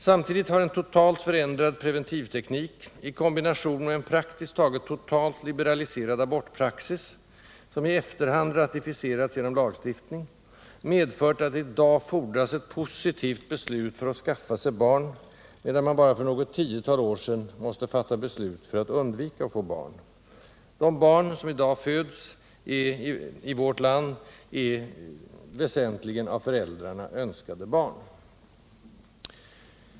Samtidigt har en totalt förändrad preventivteknik,i kombination med en praktiskt taget totalt liberaliserad abortpraxis, som i efterhand ratificerats genom lagstiftning, medfört att det i dag fordras ett positivt beslut för att skaffa sig barn, medan man bara för något tiotal år sedan måste fatta beslut för att undvika att få barn. De barn som i dag föds i vårt land är väsentligen av föräldrarna önskade barn.